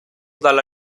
dalla